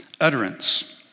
utterance